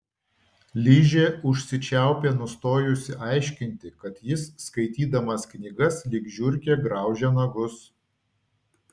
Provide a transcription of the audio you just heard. ližė užsičiaupė nustojusi aiškinti kad jis skaitydamas knygas lyg žiurkė graužia nagus